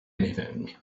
anything